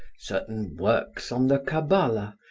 certain works on the cabbala,